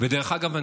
ודרך אגב,